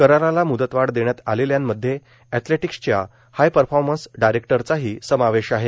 कराराला मुदतवाढ देण्यात आलेल्यांमध्ये एथलेटिक्स च्या हाय परफॉर्मन्स डायरेक्टरचाही समावेश आहे